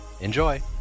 Enjoy